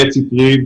בית-ספריים,